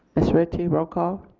ms. ritchie roll call.